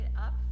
up